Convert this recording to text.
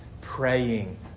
praying